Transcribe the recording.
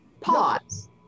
Pause